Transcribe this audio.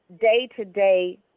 day-to-day